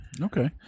okay